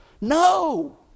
No